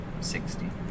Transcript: Sixty